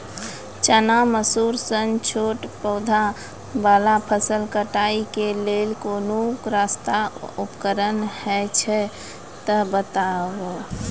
चना, मसूर सन छोट पौधा वाला फसल कटाई के लेल कूनू सस्ता उपकरण हे छै तऽ बताऊ?